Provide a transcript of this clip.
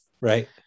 Right